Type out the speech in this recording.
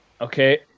Okay